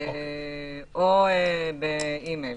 או באימייל.